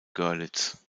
görlitz